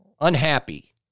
Unhappy